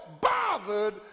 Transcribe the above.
bothered